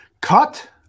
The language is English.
Cut